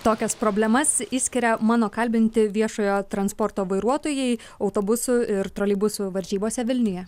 tokias problemas išskiria mano kalbinti viešojo transporto vairuotojai autobusų ir troleibusų varžybose vilniuje